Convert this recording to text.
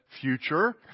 future